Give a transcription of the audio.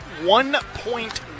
one-point